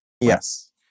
Yes